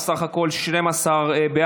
אז בסך הכול 12 בעד,